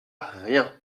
rien